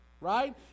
Right